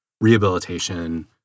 rehabilitation